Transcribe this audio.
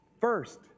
First